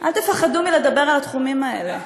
אל תפחדו לדבר על התחומים האלה.